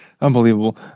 unbelievable